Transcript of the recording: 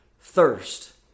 thirst